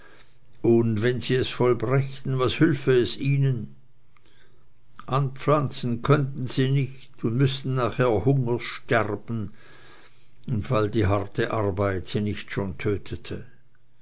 und wenn sie es vollbrächten was hülfe es ihnen anpflanzen könnten sie nicht und müßten nachher hungers sterben im fall die harte arbeit sie nicht schon tötete